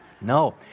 No